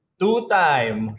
two-time